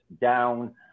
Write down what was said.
down